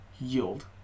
yield